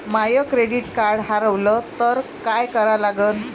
माय credit card हारवलं तर काय करा लागन?